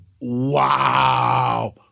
wow